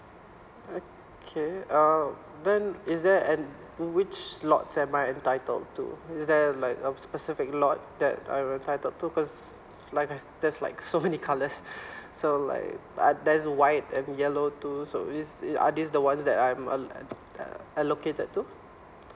okay um then is there and which lots am I entitled to is there like a specific lot that I am entitled to because like I sa~ there's like so many colours so like uh there's white and yellow too so is it are this the ones that I'm uh uh allocate to